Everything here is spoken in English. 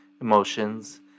emotions